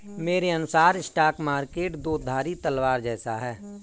मेरे अनुसार stock market दो धारी तलवार जैसा है